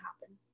happen